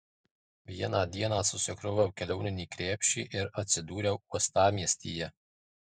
vieną dieną susikroviau kelioninį krepšį ir atsidūriau uostamiestyje